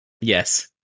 Yes